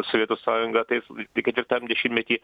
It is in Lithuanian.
sovietų sąjungą tais tai ketvirtam dešimtmety